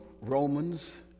Romans